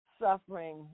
suffering